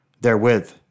therewith